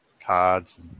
cards